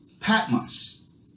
Patmos